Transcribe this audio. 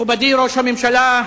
מכובדי ראש הממשלה,